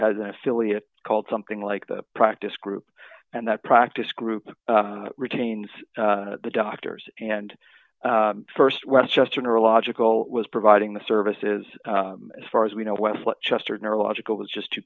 has an affiliate called something like the practice group and that practice group retains the doctors and st westchester neurological was providing the services as far as we know west chester neurological was just two